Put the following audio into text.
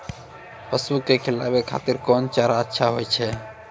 पसु के खिलाबै खातिर कोन चारा अच्छा होय छै?